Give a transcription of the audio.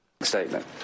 Statement